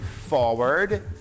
forward